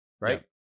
right